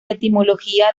etimología